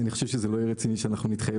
אני חושב שזה לא יהיה רציני שאנחנו נתחייב